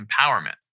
empowerment